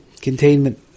Containment